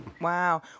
Wow